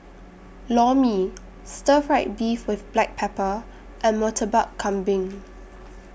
Lor Mee Stir Fried Beef with Black Pepper and Murtabak Kambing